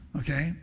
okay